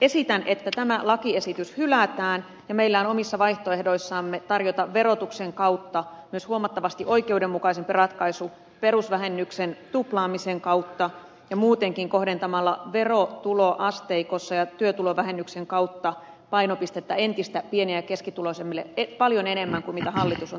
esitän että tämä lakiesitys hylätään ja meillä on omissa vaihtoehdoissamme tarjota verotuksen kautta myös huomattavasti oikeudenmukaisempi ratkaisu perusvähennyksen tuplaamisen kautta ja työtulovähennyksen kautta ja muutenkin kohdentamalla verotuloasteikossa painopistettä entistä pieni ja keskituloisemmille paljon enemmän kuin mitä hallitus on tarjonnut